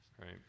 right